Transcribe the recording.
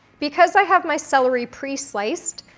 because i have my celery pre-sliced,